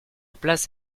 place